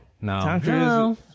No